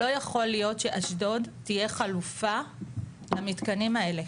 שלא יכול להיות שאשדוד תהיה חלופה למתקנים האלה.